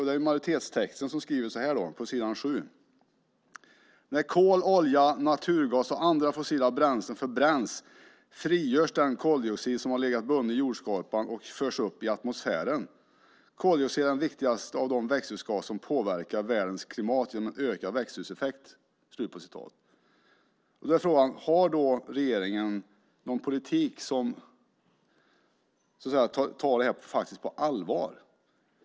Det är majoriteten som skriver så här på s. 7: "När kol, olja, naturgas och andra fossila bränslen förbränns frigörs den koldioxid som har legat bunden i jordskorpan och förs upp i atmosfären. Koldioxid är den viktigaste av de växthusgaser som påverkar världens klimat genom en ökad växthuseffekt." Då är frågan: Har regeringen någon politik som tar det här på allvar?